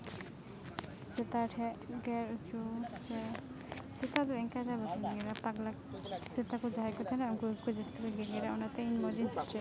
ᱥᱮᱛᱟ ᱴᱷᱮᱡᱽ ᱜᱮᱨ ᱚᱪᱚ ᱥᱮ ᱥᱮᱛᱟ ᱫᱚ ᱤᱱᱠᱟᱹ ᱫᱚ ᱵᱟᱠᱚ ᱜᱮᱜᱮᱨᱟ ᱯᱟᱜᱽᱞᱟ ᱥᱮᱛᱟ ᱠᱚ ᱡᱟᱦᱟᱸᱭ ᱠᱚ ᱛᱟᱦᱮᱱᱟ ᱩᱱᱠᱩᱜᱮ ᱡᱟᱹᱥᱛᱤ ᱠᱚ ᱜᱮᱜᱮᱨᱟ ᱚᱱᱟᱛᱮ ᱤᱧ ᱢᱚᱡᱤᱧ ᱪᱮᱥᱴᱟᱭᱟ